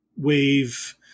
wave